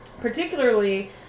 particularly